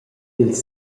dils